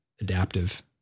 adaptive